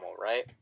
right